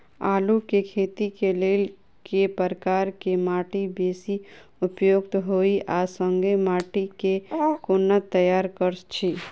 आलु केँ खेती केँ लेल केँ प्रकार केँ माटि बेसी उपयुक्त होइत आ संगे माटि केँ कोना तैयार करऽ छी?